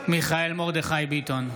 מיכאל מרדכי ביטון,